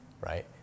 right